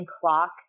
clock